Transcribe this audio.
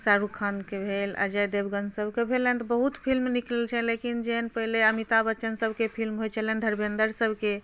शाहरूख खानके भेल अजय देवगन सबके भेलनि तऽ बहुत फिलिम निकलल छल लेकिन जेहन पहिले अमिताभ बच्चन सबके फिलिम होइ छलनि धरमेन्दर सबके